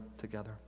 together